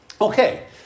Okay